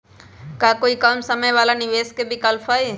का कोई कम समय वाला निवेस के विकल्प हई?